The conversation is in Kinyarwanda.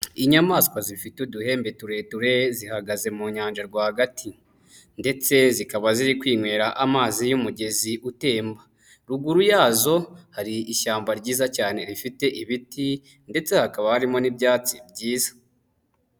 Inyamaswa zifite uduhembe tureture zihagaze mu nyanja rwagati ndetse zikaba ziri kwinywera amazi y'umugezi utemba, ruguru yazo hari ishyamba ryiza cyane rifite ibiti ndetse hakaba harimo n'ibyatsi byiza.